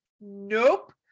nope